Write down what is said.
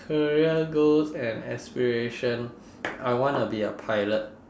career goals and aspiration I wanna be a pilot